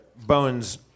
Bone's